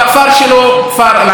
והמוח היהודי,